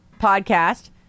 podcast